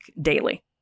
daily